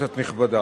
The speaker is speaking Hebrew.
כנסת נכבדה,